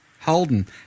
Holden